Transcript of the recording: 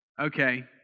Okay